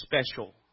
special